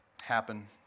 happen